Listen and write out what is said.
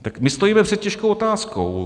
Tak my stojíme před těžkou otázkou.